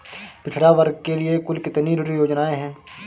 पिछड़ा वर्ग के लिए कुल कितनी ऋण योजनाएं हैं?